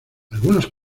algunos